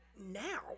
now